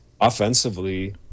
offensively